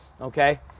Okay